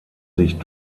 sich